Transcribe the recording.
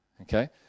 Okay